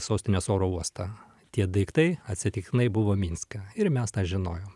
sostinės oro uostą tie daiktai atsitiktinai buvo minske ir mes tą žinojom